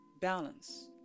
balance